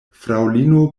fraŭlino